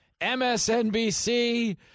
MSNBC